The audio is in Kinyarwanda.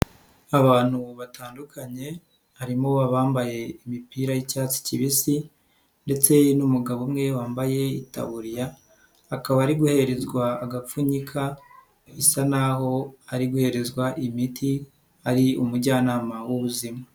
Abantu batandukanye harimo bambaye imipira y'icyatsi kibisi ndetse n'umugabo umwe wambaye itaburiya, akaba ari guhezwa agapfunyika bisa naho ari guherezwa imiti ari umujyanama w'ubuzima.